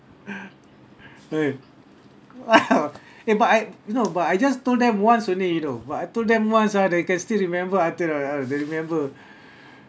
!hey! eh but I you know but I just told them once only you know but I told them once ah they can still remember until now ah they remember